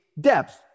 depth